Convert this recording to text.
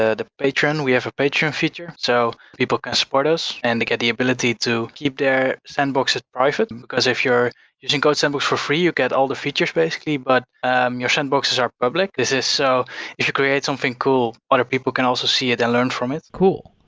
ah the patron, we have a patron feature, so people can support us and they get the ability to keep their sandbox as private, and because if you're using codesandbox for free, you get all the features basically, but um your sandboxes are public. this is so if you create something cool, other people can also see it and learn from it cool.